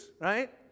right